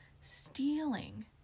Stealing